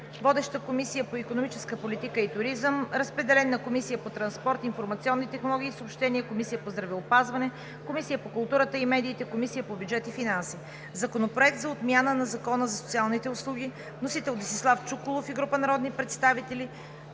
Водеща е Комисията по икономическа политика и туризъм. Разпределен е на Комисията по транспорт, информационни технологии и съобщения, Комисията по здравеопазване, Комисията по културата и медиите, Комисията по бюджет и финанси. Законопроект за отмяна на Закона за социалните услуги. Вносител е Десислав Чуколов и група народни представители.